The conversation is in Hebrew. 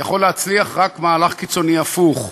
יכול להצליח רק מהלך קיצוני הפוך,